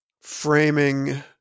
framing